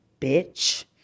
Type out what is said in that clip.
bitch